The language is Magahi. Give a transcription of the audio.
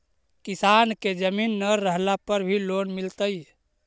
किसान के जमीन न रहला पर भी लोन मिलतइ?